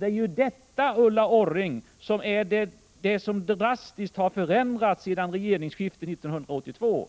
Det är detta, Ulla Orring, som drastiskt har förändrats sedan regeringsskiftet 1982.